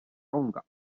tonga